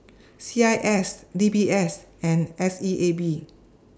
C I S D B S and S E A B